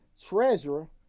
treasurer